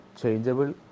changeable